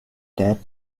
that